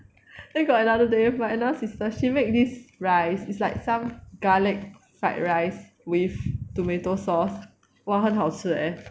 then got another day my another sister she make this rice it's like some garlic fried rice with tomato sauce !wah! 很好吃 leh